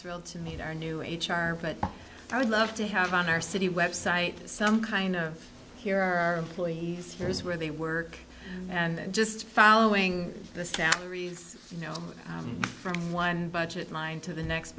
thrilled to meet our new h r but i would love to have on our city web site some kind of here are please here's where they work and just following the salaries you know from one budget mind to the next